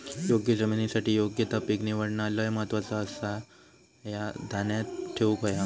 योग्य जमिनीसाठी योग्य ता पीक निवडणा लय महत्वाचा आसाह्या ध्यानात ठेवूक हव्या